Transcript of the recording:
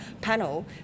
panel